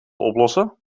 oplossen